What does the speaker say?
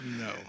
No